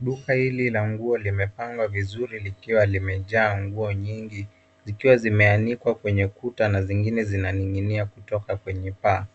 Duka hili la nguo limepangwa vizuri likiwa limejaa nguo nyingi zikiwa zimeanikwa kwenye kuta na zingine zimening'inia kutoka kwenye paa,